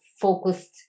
focused